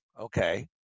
Okay